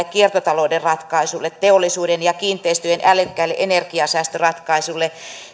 kiertotalouden ratkaisuille teollisuuden ja kiinteistöjen älykkäille energiansäästöratkaisuille